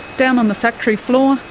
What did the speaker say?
down on the factory floor,